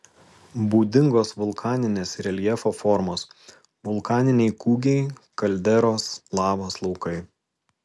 būdingos vulkaninės reljefo formos vulkaniniai kūgiai kalderos lavos laukai